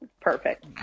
Perfect